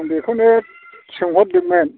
बेखौनो सोंहरदोंमोन